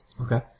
Okay